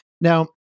Now